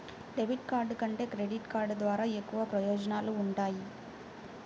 debit card కంటే credit card ద్వారా ఎక్కువ ప్రయోజనాలు వుంటయ్యి